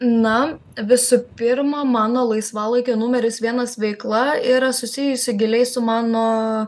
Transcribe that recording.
na visų pirma mano laisvalaikio numeris vienas veikla yra susijusi giliai su mano